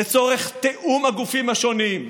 לצורך תיאום הגופים השונים,